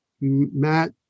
Matt